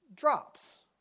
Drops